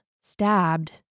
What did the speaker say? stabbed